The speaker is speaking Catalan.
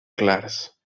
clars